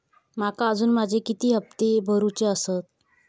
माका अजून माझे किती हप्ते भरूचे आसत?